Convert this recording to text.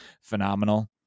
phenomenal